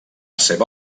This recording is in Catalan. seva